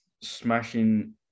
smashing